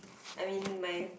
I mean my